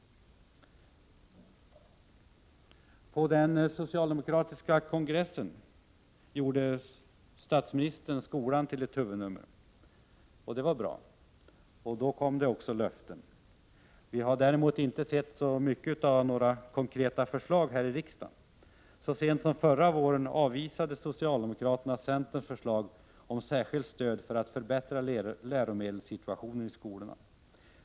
På den socialdemokratiska partikongressen gjorde statsministern skolan till ett huvudnummer. Det var bra. Där kom det också löften. Vi har ännu inte sett några konkreta förslag här i riksdagen. Så sent som förra våren avvisade socialdemokraterna centerns förslag om särskilt stöd för att förbättra läromedelssituationen i skolorna.